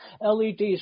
leds